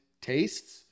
tastes